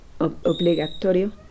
obligatorio